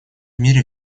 мире